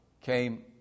came